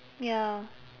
ya